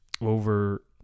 Over